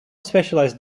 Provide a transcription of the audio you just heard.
specialized